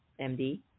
MD